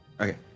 okay